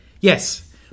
Yes